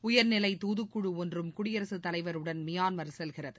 உயர்நிலை தூதுக் குழு ஒன்றும் குடியரசு தலைவருடன் மியான்மர் செல்கிறது